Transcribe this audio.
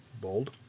Bold